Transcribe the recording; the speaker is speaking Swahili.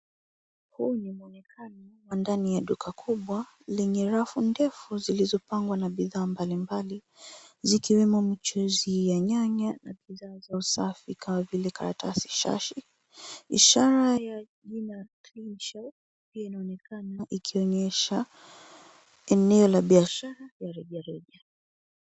Huu ni mwonekano wa ndani ya duka kubwa lenye rafu ndefu zilizopangwa na bidhaa mbalimbali zikiwemo mchuuzi ya nyanya na bidhaa za usafi kama vile karatasi shashi, ishara ya jina Cleanshelf pia inaonekana ikionyesha eneo la biashara la rejareja.